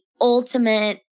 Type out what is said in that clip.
ultimate